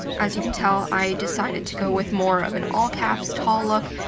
as you can tell, i decided to go with more of an all-caps, tall look.